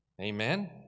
Amen